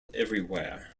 everywhere